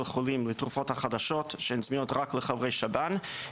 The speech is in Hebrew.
חולים לתרופות החדשות שהן זמינות רק לחברי שב"ן.